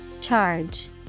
Charge